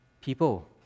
people